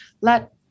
let